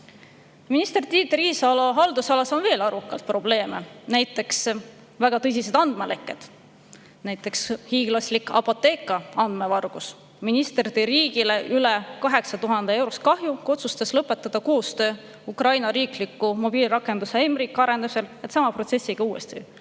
Minister Tiit Riisalo haldusalas on veel arvukalt probleeme, näiteks väga tõsised andmelekked, näiteks hiiglaslik Apotheka andmete vargus. Minister tekitas riigile üle 800 000 euro kahju, kui otsustas lõpetada koostöö Ukraina riikliku mobiilirakenduse mRiik arendusel, et sama protsessi uuesti